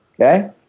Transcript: Okay